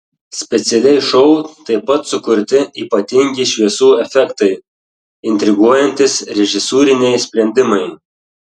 specialiai šou taip pat sukurti ypatingi šviesų efektai intriguojantys režisūriniai sprendimai